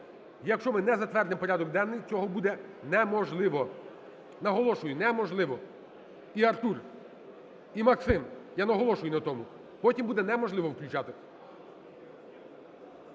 Якщо ми не затвердимо порядок денний, цього буде неможливо, наголошую, неможливо. І Артур, і Максим, я наголошую на тому, потім буде неможливо включати.